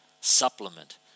supplement